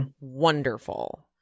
wonderful